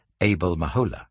Abel-Mahola